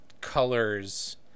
colors